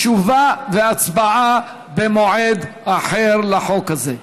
תשובה והצבעה, במועד אחר, לחוק הזה.